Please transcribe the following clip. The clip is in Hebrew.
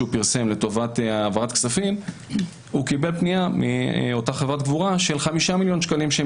פרסם לטובת העברת כספים מאותה חברת קבורה היא של 5 מיליון שהם